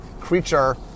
creature